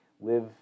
Live